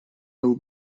был